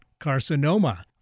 carcinoma